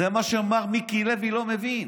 זה מה שמר מיקי לוי לא מבין.